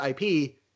IP